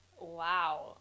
Wow